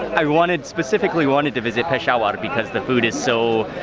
i wanted, specifically wanted to visit peshawar because the food is so